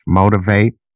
motivate